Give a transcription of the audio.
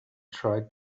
tried